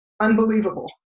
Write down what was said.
unbelievable